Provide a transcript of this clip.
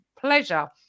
Pleasure